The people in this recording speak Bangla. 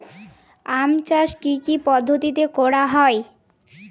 আম চাষ কি কি পদ্ধতিতে করা হয়?